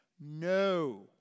No